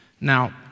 Now